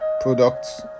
products